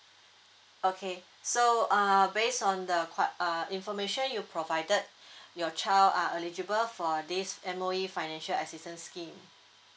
okay so uh based on the quite uh information you provided your child are eligible for this M_O_E financial assistance scheme